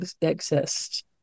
exist